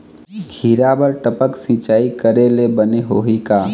खिरा बर टपक सिचाई करे ले बने होही का?